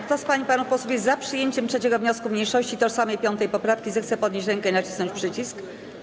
Kto z pań i panów posłów jest za przyjęciem 3. wniosku mniejszości i tożsamej 5. poprawki, zechce podnieść rękę i nacisnąć przycisk.